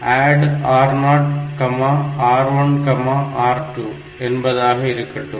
add R0 R1 R2 என்பதாக இருக்கட்டும்